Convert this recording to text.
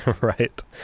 Right